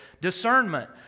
Discernment